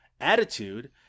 Attitude